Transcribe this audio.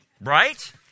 Right